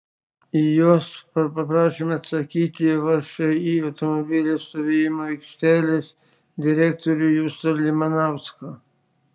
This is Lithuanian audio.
į juos paprašėme atsakyti všį automobilių stovėjimo aikštelės direktorių justą limanauską